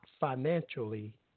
financially